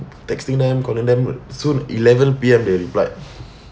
texting them calling them soon eleven P_M they replied